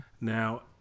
Now